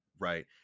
Right